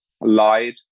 lied